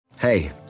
Hey